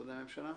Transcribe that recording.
משרדי הממשלה?